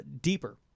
Deeper